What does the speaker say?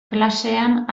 klasean